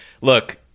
look